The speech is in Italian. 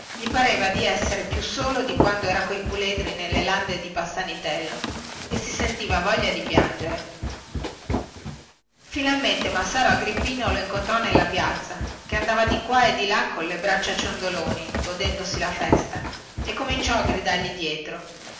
gli pareva di essere più solo di quando era coi puledri nelle lande di passanitello e si sentiva voglia di piangere finalmente massaro agrippino lo incontrò nella piazza che andava di qua e di là colle braccia ciondoloni godendosi la festa e cominciò a gridargli dietro